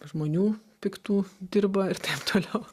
žmonių piktų dirba ir taip toliau